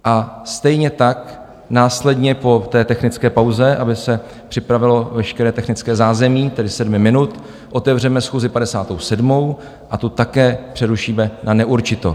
A stejně tak následně po té technické pauze, aby se připravilo veškeré technické zázemí, tedy sedmi minut, otevřeme schůzi 57. a tu také přerušíme na neurčito.